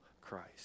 Christ